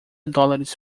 dólares